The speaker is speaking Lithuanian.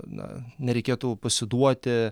na nereikėtų pasiduoti